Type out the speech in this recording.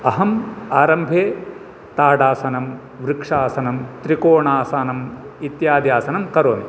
अहं आरम्भे ताडासनं वृक्षासनं त्रिकोणासनं आसनं इत्यादि आसनं करोमि